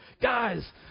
guys